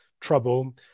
trouble